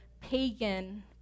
pagan